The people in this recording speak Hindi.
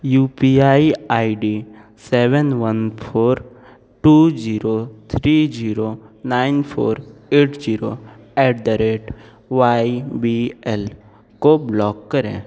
you P I I D seven one four two zero three zero nine four eight zero eight the rate Y B L को ब्लॉक करें